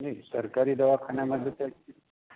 नाही सरकारी दवाखान्यामध्ये तर